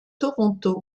toronto